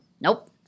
Nope